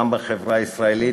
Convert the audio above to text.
גם בחברה הישראלית,